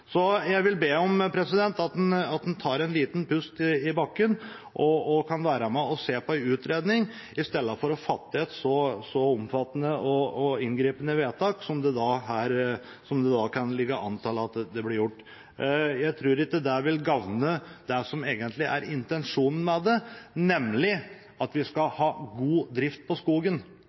Så jeg vil be om at en tar en liten pust i bakken og kan være med og se på en utredning istedenfor å fatte et så omfattende og inngripende vedtak som det da kan ligge an til at det blir gjort. Jeg tror ikke det vil gagne det som egentlig er intensjonen med det, nemlig at vi skal ha god drift av skogen.